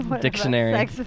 Dictionary